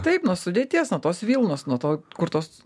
taip nuo sudėties nuo tos vilnos nuo to kur tos